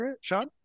Sean